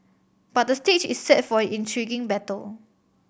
but the stage is set for intriguing battle